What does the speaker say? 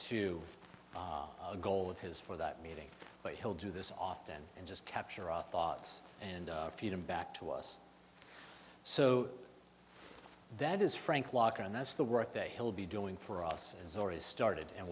to a goal of his for that meeting but he'll do this often and just capture our thoughts and feed him back to us so that is frank locker and that's the workday hill be doing for us is already started and